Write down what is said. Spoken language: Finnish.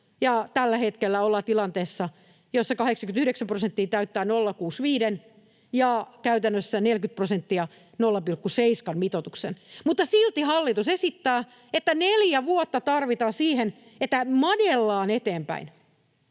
tällä hetkellä ollaan tilanteessa, jossa 89 prosenttia täyttää 0,65- ja käytännössä 40 prosenttia 0,7-mitoituksen, mutta silti hallitus esittää, että neljä vuotta tarvitaan siihen, että madellaan eteenpäin.